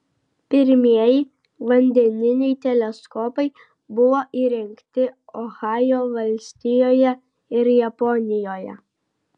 pirmieji vandeniniai teleskopai buvo įrengti ohajo valstijoje ir japonijoje